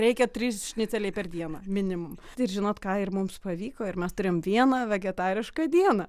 reikia trys šniceliai per dieną minimum ir žinot ką ir mums pavyko ir mes turimėjom vieną vegetarišką dieną